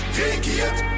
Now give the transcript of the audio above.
regiert